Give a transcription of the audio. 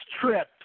trip